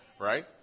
Right